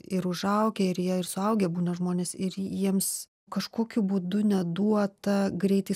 ir užaugę ir jie ir suaugę būna žmonės ir jiems kažkokiu būdu neduota greitai